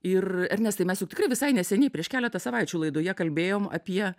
ir ernestai mes juk tikrai visai neseniai prieš keletą savaičių laidoje kalbėjom apie